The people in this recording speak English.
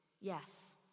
Yes